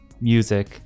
music